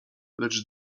lecz